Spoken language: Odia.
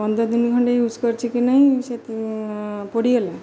ପନ୍ଦର ଦିନ ଖଣ୍ଡେ ୟୁଜ୍ କରିଛି କି ନାହିଁ ସେ ପୋଡ଼ିଗଲା